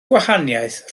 gwahaniaeth